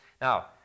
Now